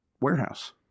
warehouse